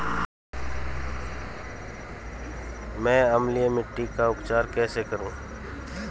मैं अम्लीय मिट्टी का उपचार कैसे करूं?